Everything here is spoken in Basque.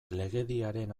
legediaren